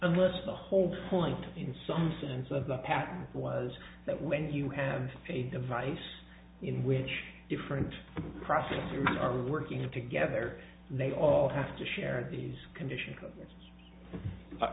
unless the whole point in some sense of the past was that when you have a device in which different processes are working together they all have to share these conditions